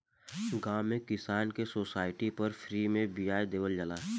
गांव में किसान के सोसाइटी पर फ्री में बिया देहल जाला